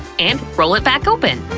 and roll it back open!